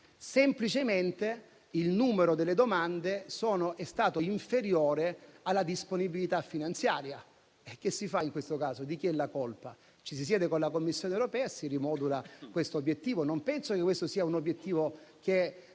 semplicemente il numero delle domande è stato inferiore alla disponibilità finanziaria. Cosa si fa in questo caso? Di chi è la colpa? Ci si siede a un tavolo con la Commissione europea e si rimodula l'obiettivo. Non penso si possa dire che